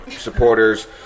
supporters